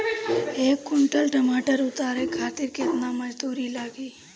एक कुंटल टमाटर उतारे खातिर केतना मजदूरी लागी?